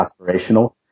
aspirational